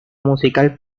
musical